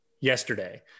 yesterday